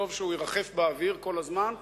וטוב שהוא ירחף באוויר כל הזמן,